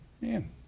Man